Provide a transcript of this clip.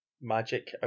Magic